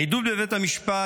עדות בבית המשפט,